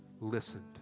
listened